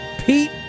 Pete